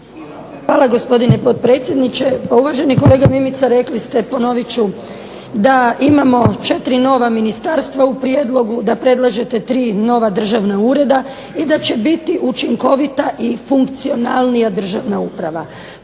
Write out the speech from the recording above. Hvala gospodine potpredsjedniče. Pa uvaženi kolega Mimica rekli ste ponovit ću, da imamo 4 nova ministarstva u prijedlogu, da predlažete 3 nova državna ureda i da će biti učinkovita i funkcionalnija državna uprava.